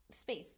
space